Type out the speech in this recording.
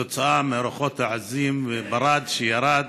כתוצאה מהרוחות העזות וברד שירד,